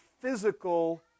physical